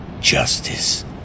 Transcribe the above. Justice